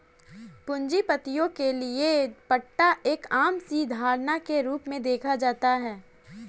पूंजीपतियों के लिये पट्टा एक आम सी धारणा के रूप में देखा जाता है